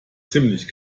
ziemlich